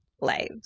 lives